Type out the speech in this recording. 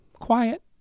quiet